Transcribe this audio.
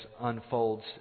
unfolds